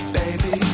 baby